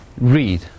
read